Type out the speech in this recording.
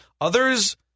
Others